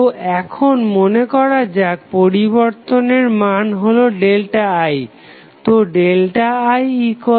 তো এখন মনেকরা যাক পরিবর্তনের মান হলো ΔI